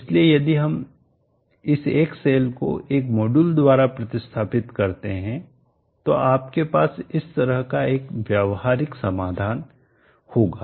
इसलिए यदि हम इस एक सेल को एक मॉड्यूल द्वारा प्रतिस्थापित करते हैं तो आपके पास इस तरह का एक व्यावहारिक समाधान होगा